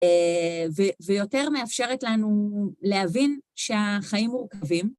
ויותר מאפשרת לנו להבין שהחיים מורכבים.